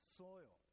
soil